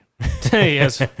Yes